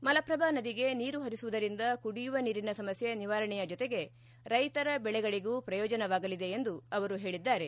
ಮಲಪ್ರಭಾ ನದಿಗೆ ನೀರು ಹರಿಸುವುದರಿಂದ ಕುಡಿಯುವ ನೀರಿನ ಸಮಸ್ಥೆ ನಿವಾರಣೆಯ ಜೊತೆಗೆ ರೈತರ ಬೆಳೆಗಳಗೂ ಪ್ರಯೋಜನವಾಗಲಿದೆ ಎಂದು ಹೇಳಿದ್ದಾರೆ